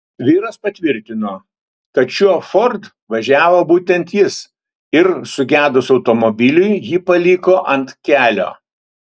vyras patvirtino kad šiuo ford važiavo būtent jis ir sugedus automobiliui jį paliko ant kelio